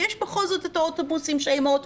ויש בכל זאת את האוטובוסים שהאמהות